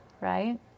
right